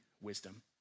wisdom